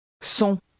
Son